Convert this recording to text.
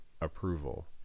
approval